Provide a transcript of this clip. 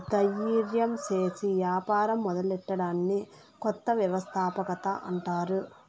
దయిర్యం సేసి యాపారం మొదలెట్టడాన్ని కొత్త వ్యవస్థాపకత అంటారు